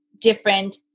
different